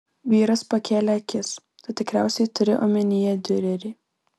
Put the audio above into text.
vyras pakėlė akis tu tikriausiai turi omenyje diurerį